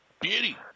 Beauty